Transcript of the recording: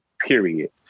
period